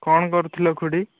କ'ଣ କରୁଥିଲ ଖୁଡ଼ି